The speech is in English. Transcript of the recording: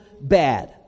bad